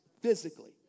physically